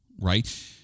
Right